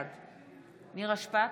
בעד נירה שפק,